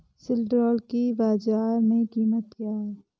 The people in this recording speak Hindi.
सिल्ड्राल की बाजार में कीमत क्या है?